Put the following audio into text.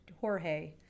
Jorge